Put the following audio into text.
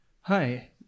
Hi